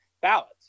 ballots